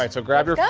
um so grab your,